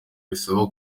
bisaba